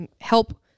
help